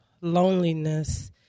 loneliness